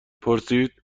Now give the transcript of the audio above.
پرسید